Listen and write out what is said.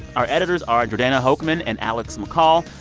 our editors are jordana hochman and alex mccall.